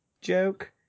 joke